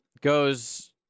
goes –